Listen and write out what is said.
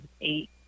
eight